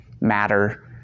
matter